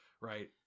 right